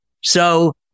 So-